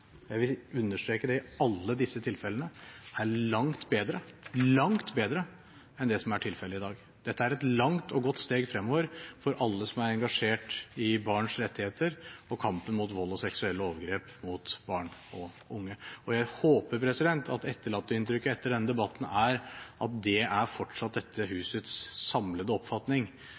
jeg vil understreke det, i alle disse tilfellene – er langt, langt bedre enn det som er tilfellet i dag. Dette er et langt og godt steg fremover for alle som er engasjert i barns rettigheter og kampen mot vold og seksuelle overgrep mot barn og unge. Jeg håper at det etterlatte inntrykket etter denne debatten er at det fortsatt er dette